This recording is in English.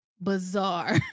bizarre